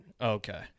Okay